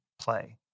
play